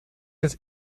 des